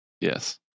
Yes